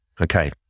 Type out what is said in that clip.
Okay